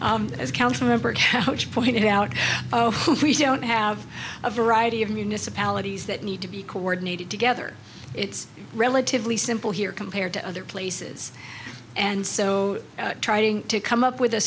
been as council member which pointed out don't have a variety of municipalities that need to be coordinated together it's relatively simple here compared to other places and so trying to come up with a